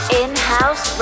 in-house